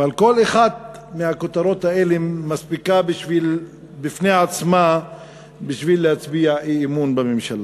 כל אחת מהכותרות האלה מספיקה בפני עצמה בשביל להצביע אי-אמון בממשלה.